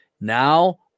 now